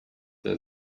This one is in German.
der